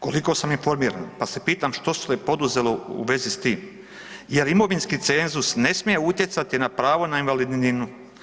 Koliko sam informiran pa se pitam što se poduzelo u vezi s tim, jer imovinski cenzus ne smije utjecati na pravo na invalidninu.